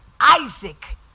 Isaac